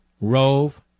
Rove